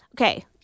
Okay